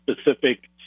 specific